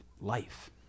life